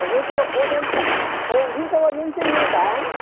वह तो ओजन से वह भी तो वज़न से मिलता है ना